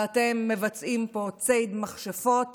ואתם מבצעים פה ציד מכשפות